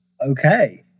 okay